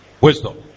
wisdom